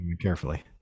carefully